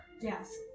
Yes